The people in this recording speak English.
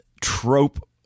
trope